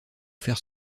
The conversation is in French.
faire